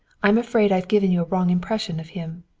i'm afraid i've given you a wrong impression of him.